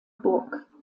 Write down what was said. burg